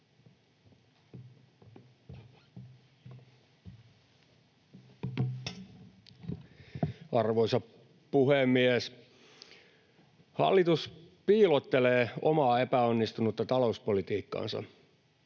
Arvoisa puhemies! Hallitus piilottelee omaa epäonnistunutta talouspolitiikkaansa.